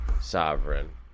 sovereign